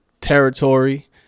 territory